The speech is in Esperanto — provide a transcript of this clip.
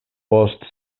post